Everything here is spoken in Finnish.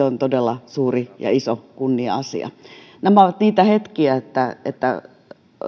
on todella suuri kunnia asia nämä ovat niitä hetkiä että että